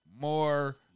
more